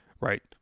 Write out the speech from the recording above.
Right